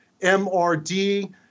MRD